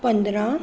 पंद्रहं